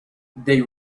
they